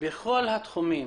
בכל התחומים.